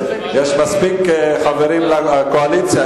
יש מספיק חברים לקואליציה,